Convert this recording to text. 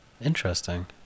Interesting